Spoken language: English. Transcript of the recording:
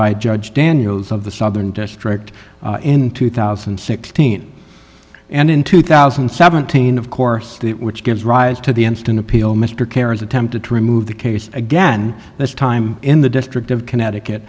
by judge daniels of the southern district in two thousand and sixteen and in two thousand and seventeen of course which gives rise to the instant appeal mr kerry's attempted to remove the case again this time in the district of connecticut